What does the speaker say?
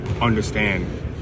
understand